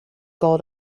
goal